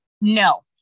No